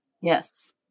Yes